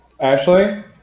Ashley